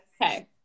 Okay